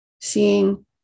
seeing